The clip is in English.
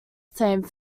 same